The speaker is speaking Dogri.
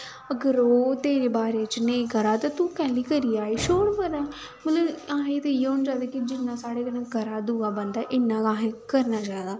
अगर ओह् तेरे बारे च नेईं करा दा ते तूं कैल्ली करी जा दी छोड़ परै मतलब असें ते इ'यै होना चाहिदा कि जिन्ना साढ़े कन्नै करै दूआ बंदा इन्ना गै असें करना चाहिदा